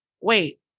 wait